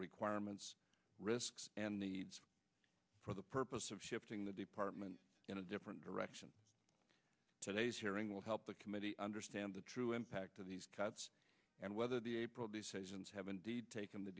requirements risks and needs for the purpose of shifting the department in a different direction today's hearing will help the committee understand the true impact of these cuts and whether the april decisions have indeed take